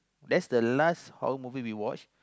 that's the last horror movie we watch